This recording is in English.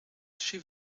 she